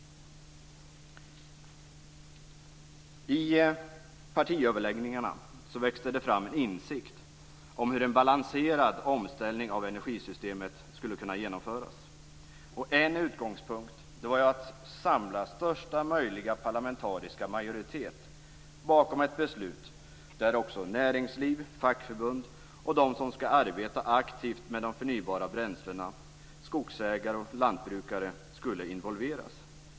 I partiöverläggningarna växte det fram en insikt om hur en balanserad omställning av energisystemet skulle kunna genomföras. En utgångspunkt var att samla största möjliga parlamentariska majoritet bakom ett beslut där också näringsliv, fackförbund och de som skall arbeta aktivt med de förnybara bränslena, skogsägare och lantbrukare, skulle involveras.